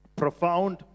Profound